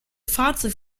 fahrzeug